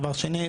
דבר שני,